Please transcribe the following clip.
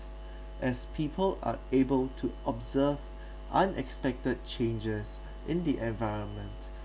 as people are able to observe unexpected changes in the environment